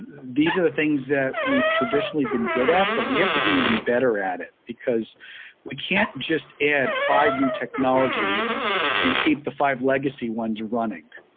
these are the things that we've traditionally been good at, but we have to be even better at it because we can't just add five new technologies and keep the five legacy ones running.